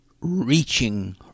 reaching